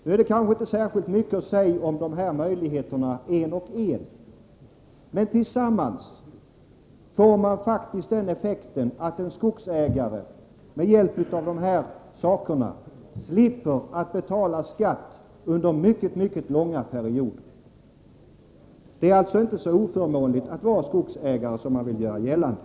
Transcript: Det är kanske inte mycket att säga om de här möjligheterna var för sig. Men tillsammans får de faktiskt den effekten, att en skogsägare — genom att använda sig av bestämmelserna — slipper betala skatt under mycket, mycket långa perioder. Det är alltså inte så oförmånligt att vara skogsägare som man vill göra gällande.